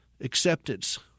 acceptance